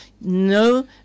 no